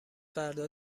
فردا